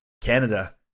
Canada